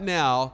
now